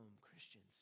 Christians